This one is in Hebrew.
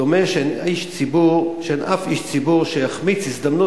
דומה שאין אף איש ציבור שיחמיץ הזדמנות